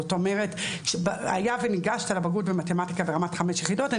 זאת אומרת היה וניגשת לבגרות במתמטיקה ברמת חמש יחידות,